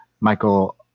Michael